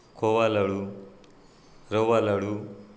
खोवा लाडू रवा लाडू